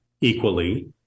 equally